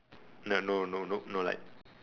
no no no no no light